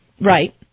Right